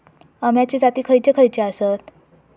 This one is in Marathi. अम्याचे जाती खयचे खयचे आसत?